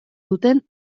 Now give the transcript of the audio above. duten